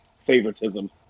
favoritism